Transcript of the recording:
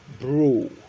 bro